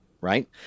right